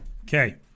Okay